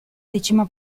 decima